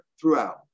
throughout